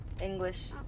English